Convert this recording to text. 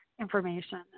information